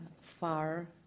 far